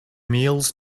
meals